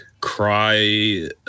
cry